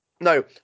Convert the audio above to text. No